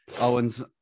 Owens